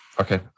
Okay